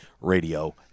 Radio